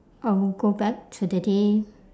I will go back to the day